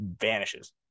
vanishes